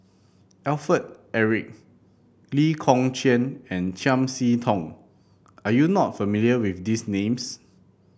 Alfred Eric Lee Kong Chian and Chiam See Tong are you not familiar with these names